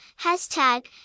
hashtag